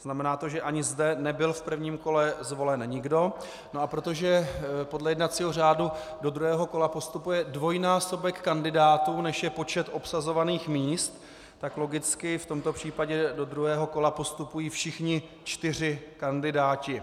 Znamená to, že ani zde nebyl v prvním kole zvolen nikdo, a protože podle jednacího řádu do druhého kola postupuje dvojnásobek kandidátů, než je počet obsazovaných míst, tak logicky v tomto případě do druhého kola postupují všichni čtyři kandidáti.